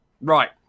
Right